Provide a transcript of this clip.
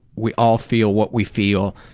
we all feel what we feel.